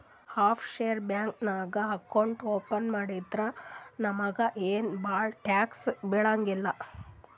of sure bank ನಾಗ್ account open ಮಾಡಿದ್ರ ನಮುಗ ಏನ್ ಭಾಳ ಟ್ಯಾಕ್ಸ್ ಬೀಳಂಗಿಲ್ಲ